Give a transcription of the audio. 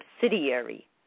subsidiary